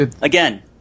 Again